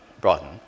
broaden